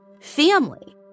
family